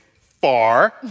far